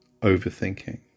overthinking